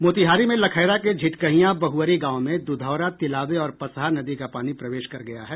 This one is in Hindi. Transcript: मोतिहारी में लखैरा के झिटकहियां बहुअरी गांव में दुधौरा तिलावे और पसहा नदी का पानी प्रवेश कर गया है